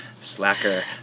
Slacker